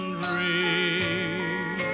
dream